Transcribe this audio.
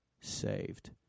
saved